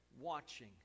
watching